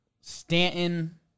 Stanton